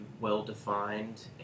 well-defined